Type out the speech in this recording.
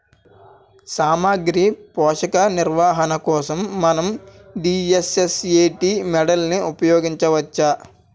సామాగ్రి పోషక నిర్వహణ కోసం మనం డి.ఎస్.ఎస్.ఎ.టీ మోడల్ని ఉపయోగించవచ్చా?